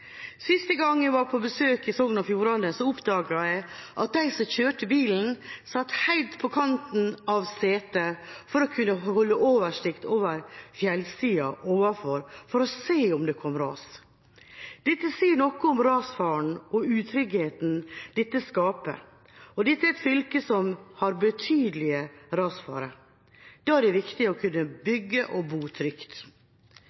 gang jeg var på besøk i Sogn og Fjordane, oppdaget jeg at de som kjørte bilen, satt helt på kanten av setet for å kunne holde oversikt over fjellsida ovenfor for å se om det kom ras. Dette sier noe om rasfaren og utryggheten det skaper, og at dette er et fylke som har betydelig rasfare. Da er det viktig å kunne